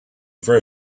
for